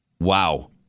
Wow